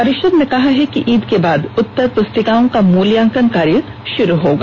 परिषद ने कहा है कि ईद के बाद उत्तर पुस्तिकाओं का मूल्यांकन कार्य शुरू हो जाएगा